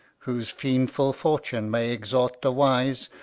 whose fiendful fortune may exhort the wise,